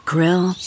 Grill